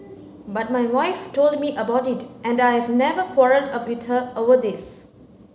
but my wife told me about it and I've never quarrelled with her over this